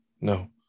no